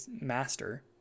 master